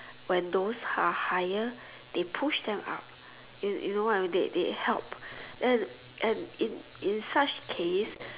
when those are higher they push them up you you know what I mean they they help and and in in such case